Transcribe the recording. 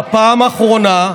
בפעם האחרונה,